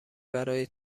برای